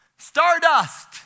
Stardust